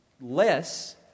less